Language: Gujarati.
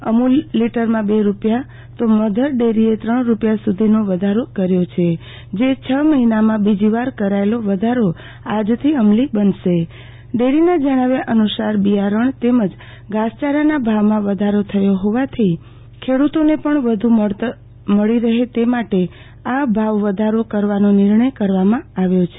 અમુલે લિટરમાં બે રૂપિયા તો મધર ડેરીએ ત્રણ રૂપિથા સુ ધીનો વધારો કર્યો છે જે છ મહિનામાં બીજીવાર કરાચેલો વધારો આજથી અમલી બનશે ડેરીના જણાવ્યા અનુ સાર બિયારણ તેમજ ધાસચારાના ભાવમાં વધારો થયો હોવાથી ખેડુતોને પણ વધુ વળતર મળી રહે તે માટે આ ભાવ વધારો કરવાનો નિર્ણય કરવામાં આવ્યો છે